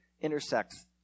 intersects